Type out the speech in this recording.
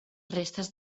restes